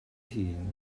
hun